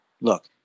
look